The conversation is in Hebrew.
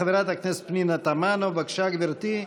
חברת הכנסת פנינה תמנו, בבקשה, גברתי,